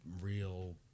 real